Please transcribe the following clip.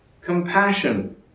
compassion